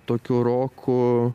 tokiu roku